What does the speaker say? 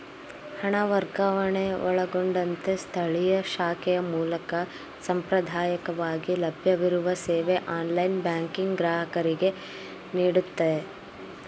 ಹಣ ವರ್ಗಾವಣೆ ಒಳಗೊಂಡಂತೆ ಸ್ಥಳೀಯ ಶಾಖೆಯ ಮೂಲಕ ಸಾಂಪ್ರದಾಯಕವಾಗಿ ಲಭ್ಯವಿರುವ ಸೇವೆ ಆನ್ಲೈನ್ ಬ್ಯಾಂಕಿಂಗ್ ಗ್ರಾಹಕರಿಗೆನೀಡುತ್ತೆ